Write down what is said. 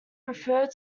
referred